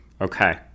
Okay